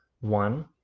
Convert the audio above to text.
one